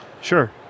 Sure